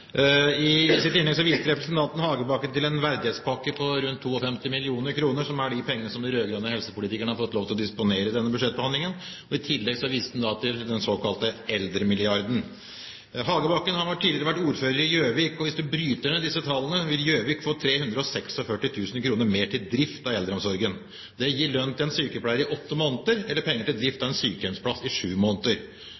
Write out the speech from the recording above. I sitt innlegg viste representanten Hagebakken til en verdighetspakke på rundt 52 mill. kr, som er de pengene som de rød-grønne helsepolitikerne har fått lov til å disponere i denne budsjettbehandlingen. I tillegg viste han til den såkalte eldremilliarden. Hagebakken har tidligere vært ordfører i Gjøvik, og hvis vi bryter ned disse tallene, vil Gjøvik få 346 000 kr mer til drift av eldreomsorgen. Det gir lønn til en sykepleier i åtte måneder, eller penger til drift